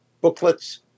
booklets